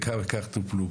ומהם כך וכך טופלו,